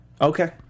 okay